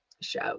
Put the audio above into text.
show